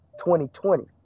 2020